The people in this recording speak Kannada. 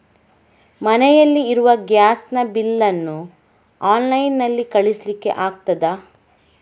ಮನೆಯಲ್ಲಿ ಇರುವ ಗ್ಯಾಸ್ ನ ಬಿಲ್ ನ್ನು ಆನ್ಲೈನ್ ನಲ್ಲಿ ಕಳಿಸ್ಲಿಕ್ಕೆ ಆಗ್ತದಾ?